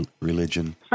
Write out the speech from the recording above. religion